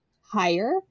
higher